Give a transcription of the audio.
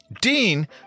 Dean